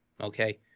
Okay